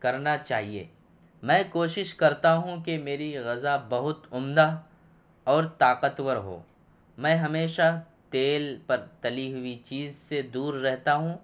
کرنا چاہیے میں کوشش کرتا ہوں کہ میری غذا بہت عمدہ اور طاقتور ہو میں ہمیشہ تیل پر تلی چیز سے دور رہتا ہوں